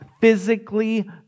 physically